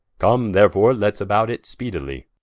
come therefore, let's about it speedily.